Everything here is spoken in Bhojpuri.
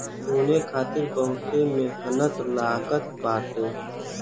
चुने खातिर बहुते मेहनत लागत बाटे